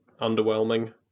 underwhelming